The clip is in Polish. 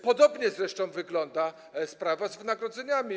Podobnie zresztą wygląda sprawa z wynagrodzeniami.